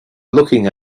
looking